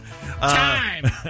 Time